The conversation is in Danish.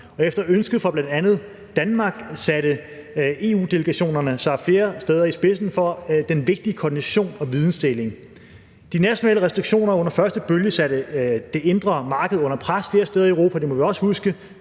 efter ønske fra bl.a. Danmark satte EU-delegationerne sig flere steder i spidsen for den vigtige koordination og videndeling. De nationale restriktioner under den første bølge satte det indre marked under pres flere steder i Europa.